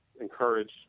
encourage